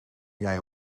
jij